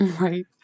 Right